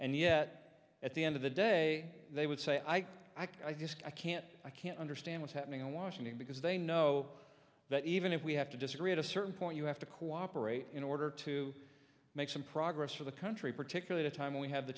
and yet at the end of the day they would say i i just i can't i can't understand what's happening in washington because they know that even if we have to disagree at a certain point you have to cooperate in order to make some progress for the country particularly the time we have the